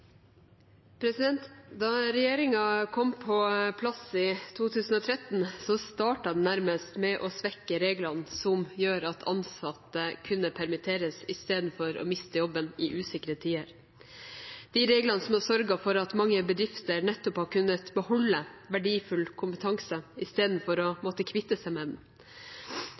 arbeidslivet. Da regjeringen kom på plass i 2013, startet den nærmest med å svekke reglene som gjør at ansatte kunne permitteres i stedet for å miste jobben i usikre tider – de reglene som har sørget for at mange bedrifter nettopp har kunnet beholde verdifull kompetanse i stedet for å